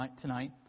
tonight